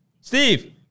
Steve